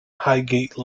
highgate